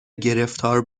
گرفتار